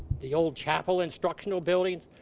the old chapel, instructional buildings,